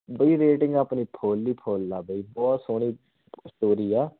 ਬਈ ਰੇਟਿੰਗ ਆਪਣੀ ਫੁੱਲ ਹੀ ਫੁੱਲ ਆ ਬਈ ਬਹੁਤ ਸੋਹਣੀ ਸਟੋਰੀ ਆ